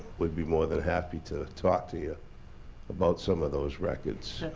would be more than happy to talk to you about some of those records.